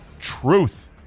truth